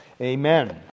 Amen